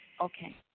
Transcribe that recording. Okay